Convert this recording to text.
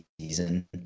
season